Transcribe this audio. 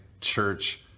church